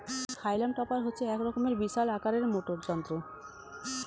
হাইলাম টপার হচ্ছে এক রকমের বিশাল আকারের মোটর যন্ত্র